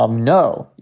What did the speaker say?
um no.